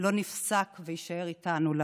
לא נפסק ויישאר איתנו לעד,